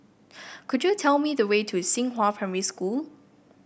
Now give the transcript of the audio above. could you tell me the way to Xinghua Primary School